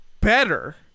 better